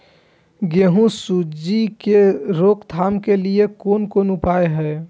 गेहूँ सुंडी के रोकथाम के लिये कोन कोन उपाय हय?